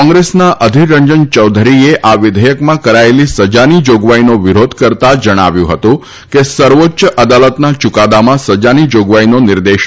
કોંગ્રેસના અધીર રંજન યૌધરીએ આ વિઘેથકમાં કરાયેલી સજાની જાગવાઈનો વિરોધ કરતા જણાવ્યું હતું કે સર્વોચ્ય અદાલતના યૂકાદામાં સજાની જાગવાઈનો નિર્દેશ નથી